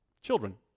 Children